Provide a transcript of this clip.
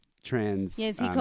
Trans